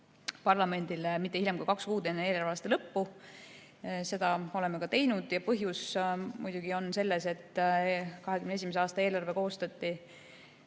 parlamendile mitte hiljem kui kaks kuud enne eelarveaasta lõppu. Seda oleme ka teinud. Põhjus on muidugi selles, et 2021. aasta eelarve koostati